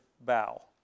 bow